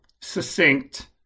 succinct